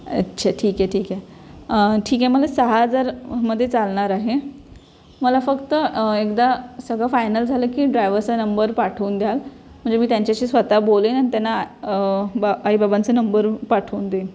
अच्छा ठीक आहे ठीक आहे ठीक आहे मला सहा हजार मध्ये चालणार आहे मला फक्त एकदा सगळं फायनल झालं की ड्रायव्हचा नंबर पाठवून द्याल म्हणजे मी त्यांच्याशी स्वतः बोलेन आणि त्यांना बा आई बाबांचा नंबर पाठवून देईन